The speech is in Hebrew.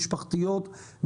משפחתיות,